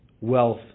wealth